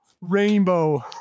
rainbow